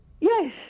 Yes